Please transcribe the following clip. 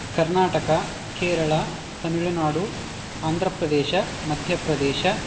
कर्णाटका केरळा तामिळ्नाडु आन्ध्रप्रदेशः मध्यप्रदेशः